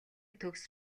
төгс